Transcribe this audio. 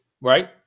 right